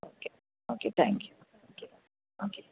okay okay thank you okay okay